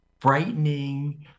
frightening